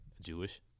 Jewish